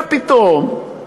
ופתאום,